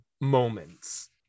moments